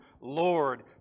Lord